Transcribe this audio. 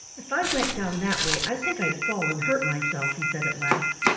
if i went down that way, i think i'd fall and hurt myself, he said at last.